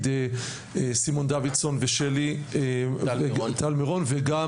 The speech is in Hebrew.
סימון דוידסון; שלי טל מירון; וגם